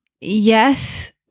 Yes